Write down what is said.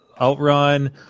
OutRun